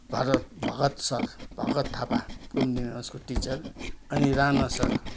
Bharat Bhagat sir Bhagat Thapa Kumudini होम्सका teacher अनि Rana sir